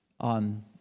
on